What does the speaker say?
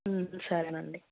సరేనండి